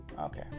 Okay